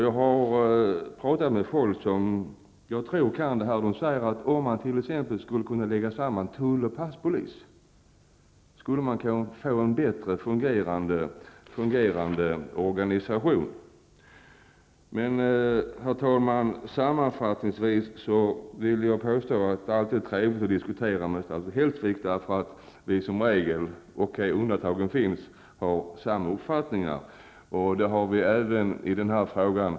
Jag har pratat med folk som, tror jag, kan dessa frågor. De säger att om tullen och passpolisen lades samman skulle det bli en bättre fungerande organisation. Herr talman! Det är alltid trevligt att diskutera med statsrådet Hellsvik. Som regel -- undantagen finns -- har vi samma uppfattning. Det har vi även i denna fråga.